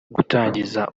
gutangiza